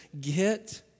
get